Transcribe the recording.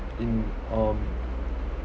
in um